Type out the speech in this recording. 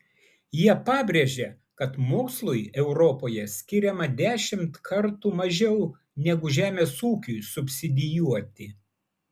jie pabrėžia kad mokslui europoje skiriama dešimt kartų mažiau negu žemės ūkiui subsidijuoti